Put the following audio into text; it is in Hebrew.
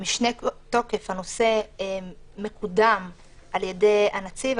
ובמשנה תוקף הנושא מקודם על ידי הנציב,